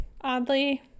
oddly